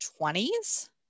20s